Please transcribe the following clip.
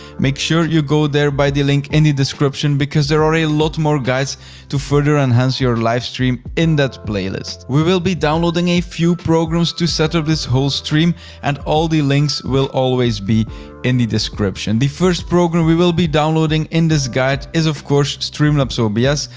make sure you go there by the link in the description because there are a lot more guides to further enhance your live stream in that playlist. we will be downloading a few programs to set up this whole stream and all the links will always be in the description. the first program we will be downloading in this guide is of course, streamlabs so obs,